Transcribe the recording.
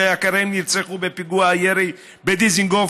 שיקיריהם נרצחו בפיגוע הירי בדיזנגוף,